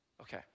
Okay